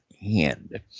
hand